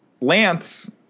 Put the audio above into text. Lance